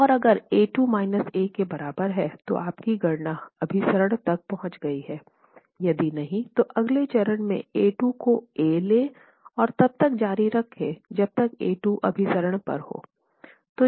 और अगर a 2 a के बराबर है तो आपकी गणना अभिसरण तक पहुंच गई है यदि नहीं तो अगले चरण में a 2 को a ले और तब तक जारी रखे जब तक a2 अभिसरण पर हो